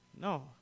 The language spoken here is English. No